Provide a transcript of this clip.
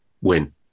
win